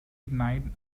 ignite